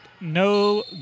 no